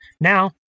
Now